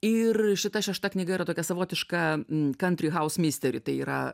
ir šita šešta knyga yra tokia savotiška kantri haus misteri tai yra